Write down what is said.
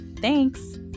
Thanks